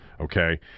okay